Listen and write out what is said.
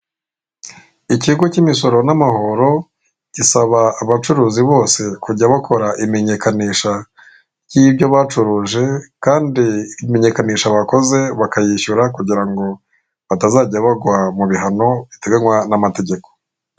Ikigo k'imisoro n'amahoro gisaba abacuruzi bose kujya bakora imenyekenisha ry'ibyo bacuruje kandi imenyekanisha bakoze bakayishyura kugira ngo batazajya bagwa mu bihano biteganywa n'amategeko.